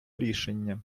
рішення